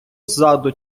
ззаду